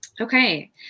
Okay